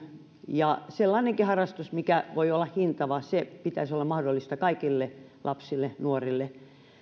sellainenkin harrastus mikä voi olla hintava se pitäisi olla mahdollista kaikille lapsille nuorille